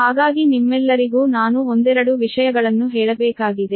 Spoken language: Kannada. ಹಾಗಾಗಿ ನಿಮ್ಮೆಲ್ಲರಿಗೂ ನಾನು ಒಂದೆರಡು ವಿಷಯಗಳನ್ನು ಹೇಳಬೇಕಾಗಿದೆ